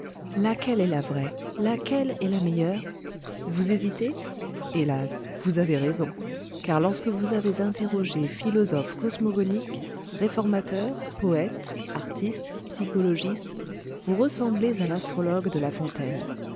laquelle est la vraie laquelle est la meilleure vous hésitez hélas vous avez raison car lorsque vous avez interrogé philosophe cosmogonique réformateur poète artiste psychologiste vous ressemblez à l'astrologue de lafontaine